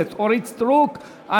אורית סטרוק.